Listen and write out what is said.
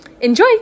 enjoy